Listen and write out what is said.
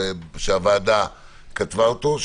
הוועדה כתבה אותו,